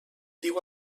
diu